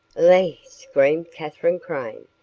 ly! screamed katherine crane.